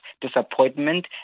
disappointment